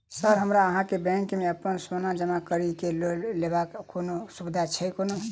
Sir हमरा अहाँक bank मे अप्पन सोना जमा करि केँ लोन लेबाक अई कोनो सुविधा छैय कोनो?